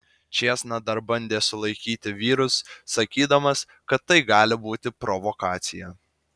čėsna dar bandė sulaikyti vyrus sakydamas kad tai gali būti provokacija